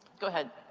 go ahead.